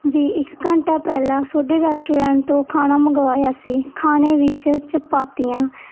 ਵੀ ਇੱਕ ਘੰਟਾ ਪਹਿਲਾਂ ਤੁਹਾਡੇ ਰੈਸਟੋਰੈਂਟ ਤੋਂ ਖਾਣਾ ਮੰਗਵਾਇਆ ਸੀ ਖਾਣੇ ਵਿੱਚ ਚਪਾਤੀਆਂ